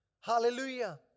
Hallelujah